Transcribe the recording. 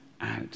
out